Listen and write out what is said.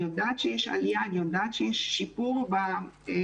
יודעת שיש עלייה ואני יודעת שיש שיפור במספרים,